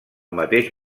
mateix